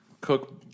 cook